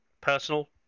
personal